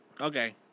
Okay